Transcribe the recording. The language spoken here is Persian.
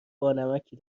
بانمکی